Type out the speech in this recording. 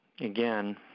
Again